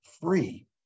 free